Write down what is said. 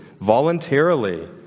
voluntarily